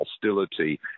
hostility